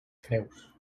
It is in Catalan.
creus